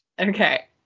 Okay